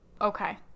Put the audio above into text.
Okay